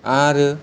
आरो